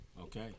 Okay